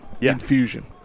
infusion